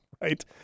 right